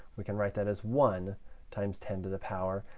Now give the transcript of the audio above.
we can write that as one times ten to the power,